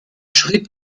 schritt